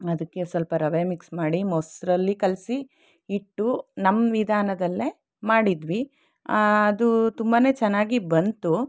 ಅದಕ್ಕೆ ಸ್ವಲ್ಪ ರವಿ ಮಿಕ್ಸ್ ಮಾಡಿ ಮೊಸರಲ್ಲಿ ಕಲಸಿ ಇಟ್ಟು ನಮ್ಮ ವಿಧಾನದಲ್ಲೇ ಮಾಡಿದ್ವಿ ಅದು ತುಂಬನೇ ಚೆನ್ನಾಗಿ ಬಂತು